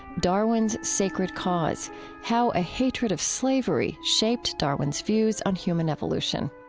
darwin's sacred cause how a hatred of slavery shaped darwin's views on human evolution.